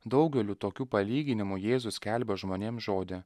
daugeliu tokių palyginimų jėzus skelbė žmonėm žodį